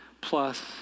plus